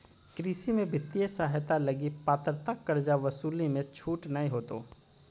कृषि में वित्तीय सहायता लगी पात्रता कर्जा वसूली मे छूट नय होतो